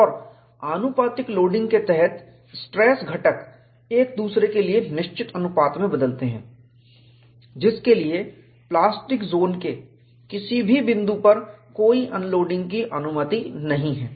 और आनुपातिक लोडिंग के तहत स्ट्रेस घटक एक दूसरे के लिए निश्चित अनुपात में बदलते हैं जिसके लिए प्लास्टिक ज़ोन के किसी भी बिंदु पर कोई अनलोडिंग की अनुमति नहीं है